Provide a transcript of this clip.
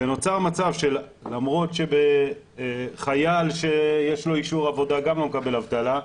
נוצר מצב שלמרות שחייל שיש לו אישור עבודה גם לא מקבל אבטלה,